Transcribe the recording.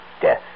death